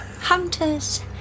Hunters